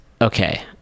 Okay